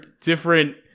different